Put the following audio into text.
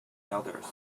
elders